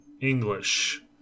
English